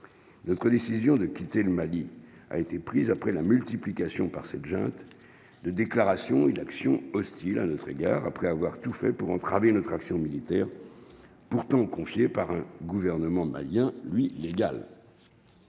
notre décision de quitter le Mali a été prise après la multiplication par cette junte de déclarations une action hostile à notre égard, après avoir tout fait pour entraver notre action militaire pourtant confié par un gouvernement malien lui légale.